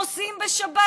נוסעים בשבת,